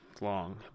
long